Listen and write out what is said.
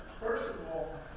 first of all,